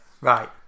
Right